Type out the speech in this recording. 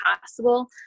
possible